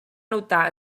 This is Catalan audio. notar